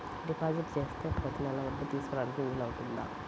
Deposit చేస్తే ప్రతి నెల వడ్డీ తీసుకోవడానికి వీలు అవుతుందా?